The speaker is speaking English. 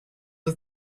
was